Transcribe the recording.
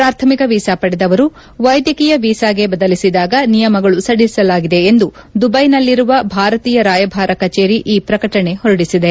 ಪಾಥಮಿಕ ವೀಸಾ ಪಡೆದವರು ವೈದ್ಯಕೀಯ ವೀಸಾಗೆ ಬದಲಿಸಿದಾಗ ನಿಯಮಗಳು ಸಡಿಲಿಸಲಾಗಿದೆ ಎಂದು ದುಬೈನಲ್ಲಿರುವ ಭಾರತೀಯ ರಾಯಭಾರ ಕಚೇರಿ ಈ ಪ್ರಕಟಣೆ ಹೊರಡಿಸಲಾಗಿದೆ